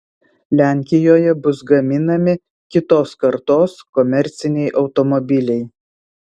lenkijoje bus gaminami kitos kartos komerciniai automobiliai